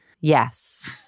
yes